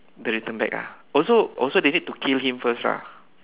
they return back ah oh so oh so they need to kill him first lah